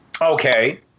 Okay